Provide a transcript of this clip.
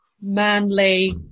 manly